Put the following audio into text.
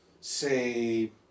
say